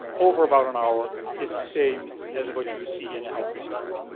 over about an hour is the same as what you would see in a healthy control.